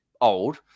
old